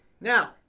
Now